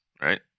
right